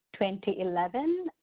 2011